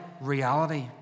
reality